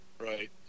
right